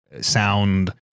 sound